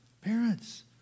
Parents